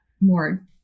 more